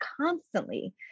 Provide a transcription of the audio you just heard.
constantly